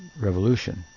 revolution